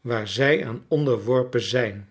waar zij aan onderworpen zijn